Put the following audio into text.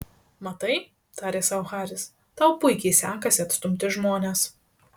matai tarė sau haris tau puikiai sekasi atstumti žmones